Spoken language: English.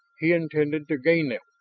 he intended to gain them,